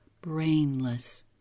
brainless